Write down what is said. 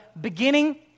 beginning